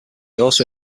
also